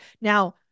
now